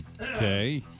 Okay